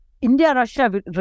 India-Russia